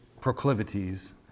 proclivities